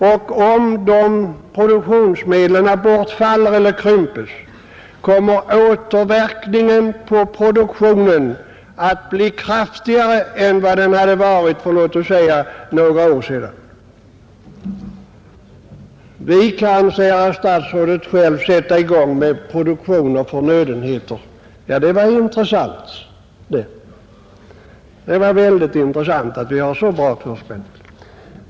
Och om de produktionsmedlen bortfaller eller krympes kommer återverkningen på produktionen att bli kraftigare än vad den hade varit för några år sedan. Vi kan, säger herr statsrådet, själva sätta i gång med produktion av förnödenheter. Det var väldigt intressant att höra att vi har det så bra förspänt!